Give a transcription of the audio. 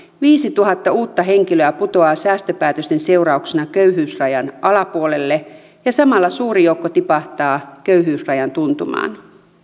viisituhatta uutta henkilöä putoaa säästöpäätösten seurauksena köyhyysrajan alapuolelle ja samalla suuri joukko tipahtaa köyhyysrajan tuntumaan